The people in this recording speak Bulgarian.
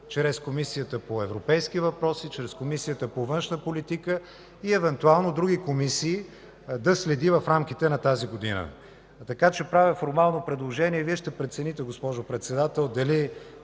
и контрол на европейските фондове, чрез Комисията по външна политика и евентуално други комисии да следи в рамките на тази година. Така че правя формално предложение – Вие ще прецените, госпожо Председател, дали